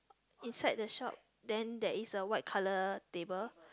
inside the shop then there is a white colour table